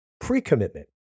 pre-commitment